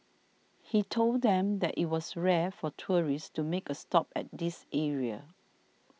he told them that it was rare for tourists to make a stop at this area